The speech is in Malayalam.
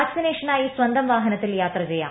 വാക്സിനേഷനായി സ്വന്തം വാഹനത്തിൽ യാത്ര ചെയ്യാം